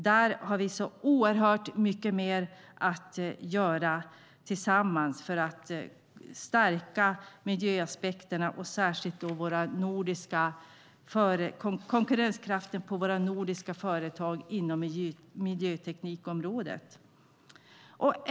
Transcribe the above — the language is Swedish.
Där finns det så oerhört mycket mer att göra tillsammans för att stärka miljöaspekterna och särskilt konkurrenskraften för våra nordiska företag inom miljöteknikområdet.